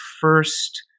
first